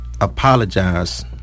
apologize